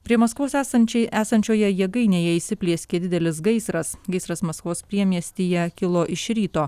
prie maskvos esančiai esančioje jėgainėje įsiplieskė didelis gaisras gaisras maskvos priemiestyje kilo iš ryto